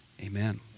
Amen